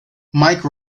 mike